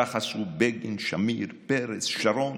כך עשו בגין, שמיר, פרס, שרון